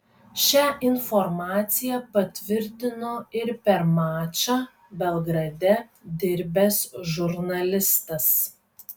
šią informacija patvirtino ir per mačą belgrade dirbęs žurnalistas